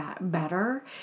better